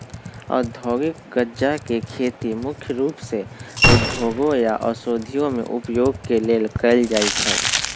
औद्योगिक गञ्जा के खेती मुख्य रूप से उद्योगों या औषधियों में उपयोग के लेल कएल जाइ छइ